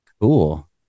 Cool